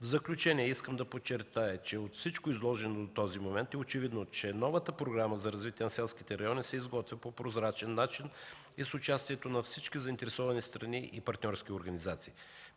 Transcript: В заключение искам да подчертая, че от всичко изложено до този момент е очевидно, че новата Програма за развитие на селските райони се изготвя по прозрачен начин и с участието на всички заинтересовани страни и партньорски организации.